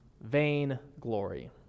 Vainglory